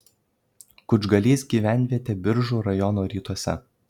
kučgalys gyvenvietė biržų rajono rytuose